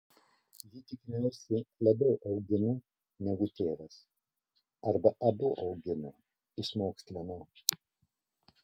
ji tikriausiai labiau augino negu tėvas arba abu augino išmokslino